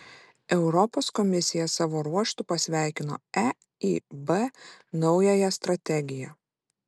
europos komisija savo ruožtu pasveikino eib naująją strategiją